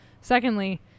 Secondly